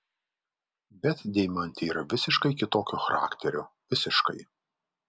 bet deimantė yra visiškai kitokio charakterio visiškai